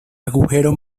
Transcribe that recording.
agujero